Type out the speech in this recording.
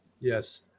Yes